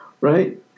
Right